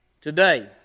today